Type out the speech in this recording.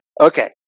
Okay